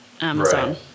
Amazon